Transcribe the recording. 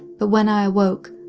but when i awoke,